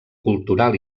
cultural